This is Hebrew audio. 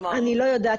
אני לא יודעת,